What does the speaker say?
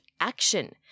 action